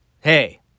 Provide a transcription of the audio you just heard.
hey